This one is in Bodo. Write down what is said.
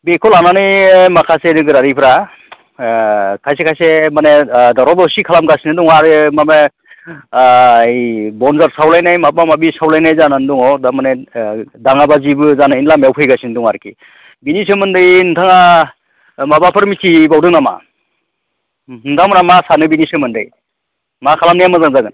बेखौ लानानै माखासे नोगोरारिफोरा खायसे खायसे माने दावराव दावसि खालामगासिनो दङ आरो माबा बन्जार सावलायनाय माबा माबि सावलायनाय जानानै दङो दामाने दाङाबाजिबो जानायनि लामायाव फैगासिनो दं आरोखि बिनि सोमोन्दै नोंथाङा माबाफोर मिथिबावदों नामा नोंथांमोना मा सानो बिनि सोमोन्दै मा खालामनाया मोजां जागोन